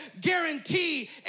guarantee